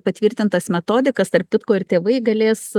patvirtintas metodikas tarp kitko ir tėvai galės